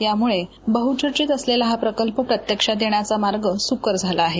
यामुळे बहुचर्चीत असलेला हा प्रकल्प प्रत्यक्षात येण्याचा मार्ग सुकर झाला आहे